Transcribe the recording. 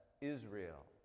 israel